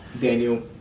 Daniel